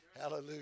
Hallelujah